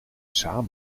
samen